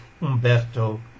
Umberto